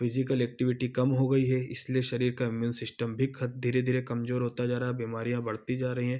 physical activity कम हो गई है इसलिए शरीर का इम्यून सिस्टम भी खत धीरे धीरे कमजोर होता जा रहा है बीमारियाँ बढ़ती जा रही हैं